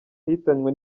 yahitanywe